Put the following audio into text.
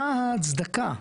מה ההצדקה,